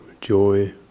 joy